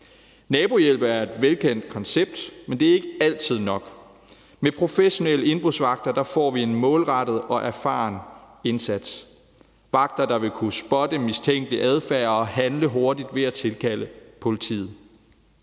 Nabohjælp er et velkendt koncept, men det er ikke altid nok. Med professionelle indbrudsvagter får vi en målrettet og erfaren indsats – vagter, der vil kunne spotte mistænkelig adfærd og handle hurtigt ved at tilkalde politiet.